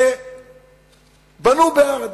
ובנו בהר-אדר,